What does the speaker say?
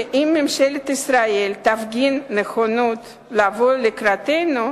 שאם ממשלת ישראל תפגין נכונות לבוא לקראתנו,